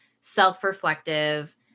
self-reflective